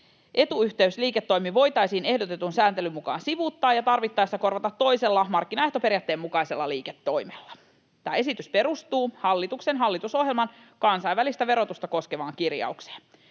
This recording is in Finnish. etuyhteysliiketoimi voitaisiin ehdotetun sääntelyn mukaan sivuuttaa ja tarvittaessa korvata toisella markkinaehtoperiaatteen mukaisella liiketoimella. Tämä esitys perustuu hallituksen hallitusohjelman kansainvälistä verotusta koskevaan kirjaukseen.